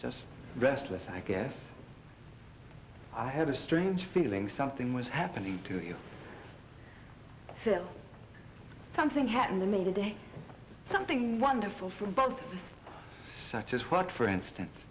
just restless i guess i had a strange feeling something was happening to you still something happened to me today something wonderful for bugs such as what for instance